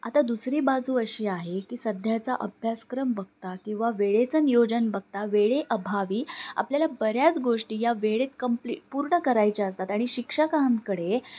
आता दुसरी बाजू अशी आहे की सध्याचा अभ्यासक्रम बघता किंवा वेळेचं नियोजन बघता वेळेअभावी आपल्याला बऱ्याच गोष्टी या वेळेत कंप्लीट पूर्ण करायच्या असतात आणि शिक्षकांकडे